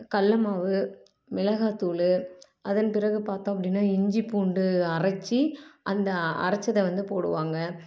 கடல மாவு மிளகாத்தூள் அதன் பிறகு பார்த்தோம் அப்படின்னா இஞ்சிப்பூண்டு அரைச்சி அந்த அரைச்சத வந்து போடுவாங்க